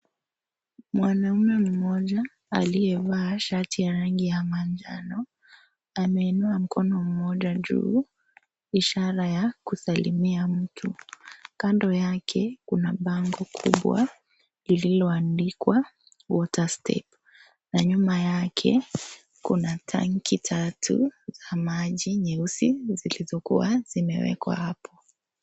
Mwanaume mmoja , aliyevaa shati ya rangi ya manjano, ameinua mkono mmoja juu, ishara ya, kusalima mtu, kando yake, kuna bango kubwa, lililoandikwa,(cs)water step(cs), na nyuma yake, kuna tanki tatu, za maji nyeusi, zilizokuwa, zimewekwa hapo.